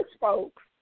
folks